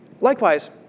likewise